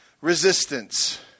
resistance